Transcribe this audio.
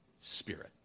Spirit